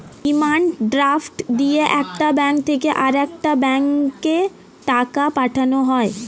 demand draft দিয়ে একটা bank থেকে আরেকটা ব্যাঙ্কে টাকা পাঠানো হয়